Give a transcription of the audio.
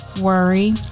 worry